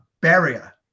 barrier